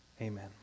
amen